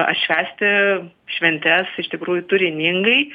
atšvęsti šventes iš tikrųjų turiningai